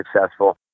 successful